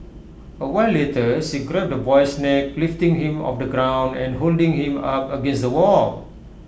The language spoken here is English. A while later she grabbed the boy's neck lifting him off the ground and holding him up against the wall